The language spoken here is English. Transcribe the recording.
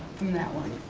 from that one.